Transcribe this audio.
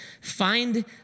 Find